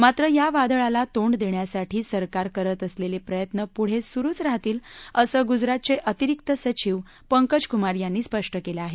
मात्र या वादळाला तोंड देण्यासाठी सरकार करत असलेले प्रयत्न पुढे सुरुच राहतील असं गुजरातचे अतिरिक्त सचिव पंकजकुमार यांनी स्पष्ट केलं आहे